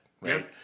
right